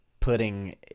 putting